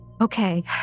Okay